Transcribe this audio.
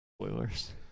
spoilers